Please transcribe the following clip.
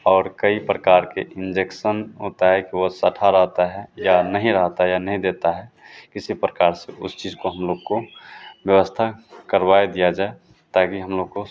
और कई प्रकार के इंजेक्शन होता है वह सदा रहता है या नहीं रहता या नहीं देता है किसी प्रकार से उस चीज़ को हम लोग को व्यवस्था करवाई दिया जाए ताकि हम लोग को